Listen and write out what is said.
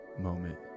moment